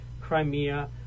Crimea